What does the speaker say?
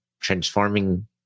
transforming